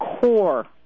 core